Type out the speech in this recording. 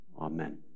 Amen